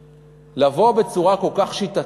לבוא בצורה כל כך שיטתית,